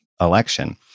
election